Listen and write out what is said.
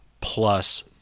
plus